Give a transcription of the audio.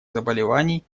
заболеваний